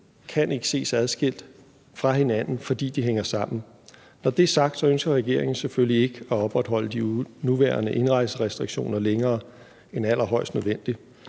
kan ikke ses adskilt fra hinanden, fordi de hænger sammen. Når det er sagt, ønsker regeringen selvfølgelig ikke at opretholde de nuværende indrejserestriktioner længere end allerhøjst nødvendigt.